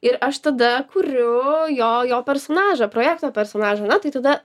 ir aš tada kuriu jo jo personažą projekto personažą na tai tada